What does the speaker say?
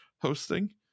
hosting